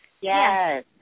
Yes